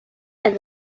and